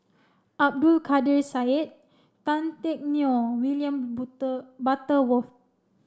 Abdul Kadir Syed Tan Teck Neo William Butterworth